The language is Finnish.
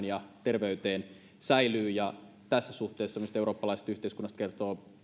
ja terveydessä säilyy ja tässä suhteessa eurooppalaisesta yhteiskunnasta kertoo